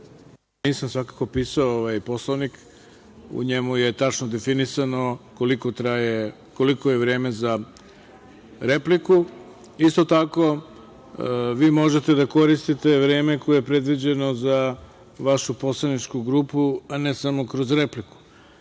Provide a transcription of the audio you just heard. nisam svakako pisao ovaj Poslovnik, u njemu je tačno definisano koliko je vreme za repliku. Isto tako, vi možete da koristite vreme koje je predviđeno za vašu poslaničku grupu, a ne samo kroz repliku. Tako